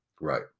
Right